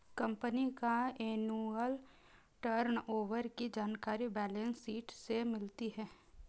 company का annual turnover की जानकारी बैलेंस शीट से मिलती है